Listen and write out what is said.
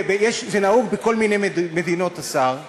זה נהוג בכל מיני מדינות, השר דרעי,